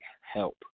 help